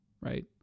right